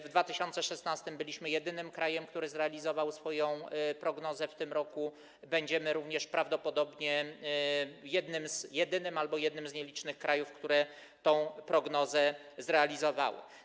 W 2016 r. byliśmy jedynym krajem, który zrealizował swoją prognozę, w tym roku będziemy również prawdopodobnie jedynym albo jednym z nielicznych krajów, które tę prognozę zrealizowały.